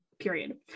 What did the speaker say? period